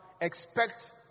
expect